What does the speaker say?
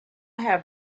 have